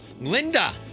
Linda